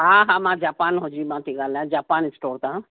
हा हा मां जापान होजरी मां थी ॻालायां जापान स्टोर तां